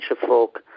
folk